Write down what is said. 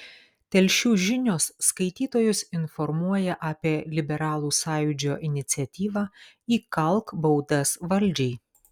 telšių žinios skaitytojus informuoja apie liberalų sąjūdžio iniciatyvą įkalk baudas valdžiai